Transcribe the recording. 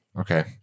Okay